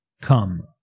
come